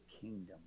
kingdom